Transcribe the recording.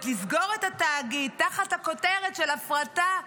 לסגור את התאגיד תחת הכותרת של הפרטה וייעול,